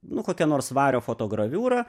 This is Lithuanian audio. nu kokia nors vario fotograviūra